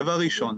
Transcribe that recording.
דבר ראשון,